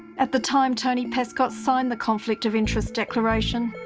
at the time, tony pescott signed the conflict of interest declaration,